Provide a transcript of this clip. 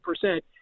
percent